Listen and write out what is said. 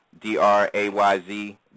D-R-A-Y-Z